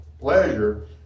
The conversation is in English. pleasure